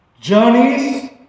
Journeys